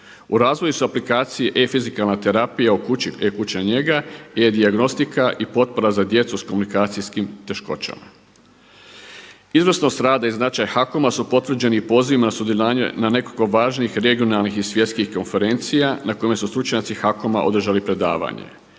U razvoju su aplikacije e-fizikalna terapija u kući, e-kućna njega gdje je dijagnostika i potpora za djecu s komunikacijskim teškoćama. Izvrsnost rada i značaj HAKOM-a su potvrđeni pozivima na sudjelovanje na nekoliko važnih regionalnih i svjetskih konferencija na kojima su stručnjaci HAKOM-a održali predavanje.